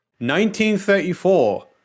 1934